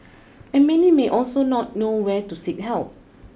and many may also not know where to seek help